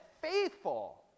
faithful